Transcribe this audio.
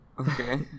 okay